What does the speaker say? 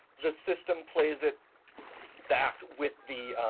the system plays it back with the